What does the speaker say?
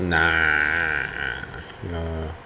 mm nah no